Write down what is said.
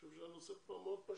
אני חושב שהנושא פה מאוד פשוט,